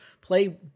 play